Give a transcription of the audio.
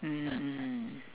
mm mm